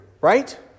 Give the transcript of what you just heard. right